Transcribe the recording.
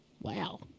Wow